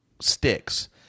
sticks